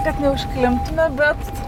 kad neužklimptume bet